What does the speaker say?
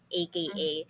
aka